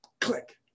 click